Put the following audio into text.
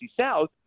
South